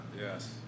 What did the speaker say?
Yes